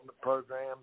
program